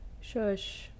shush